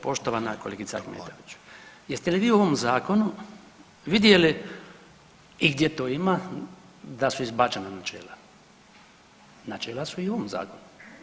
Poštovana kolegice Ahmetović, jeste li vi u ovom zakonu vidjeli i gdje to ima da su izbačena načela, načela su i u ovom zakonu.